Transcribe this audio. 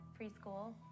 preschool